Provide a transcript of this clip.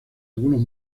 algunos